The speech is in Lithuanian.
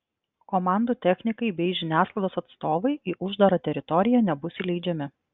komandų technikai bei žiniasklaidos atstovai į uždarą teritoriją nebus įleidžiami